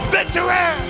Victory